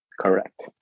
Correct